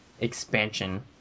expansion